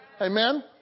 Amen